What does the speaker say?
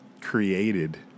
created